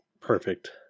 perfect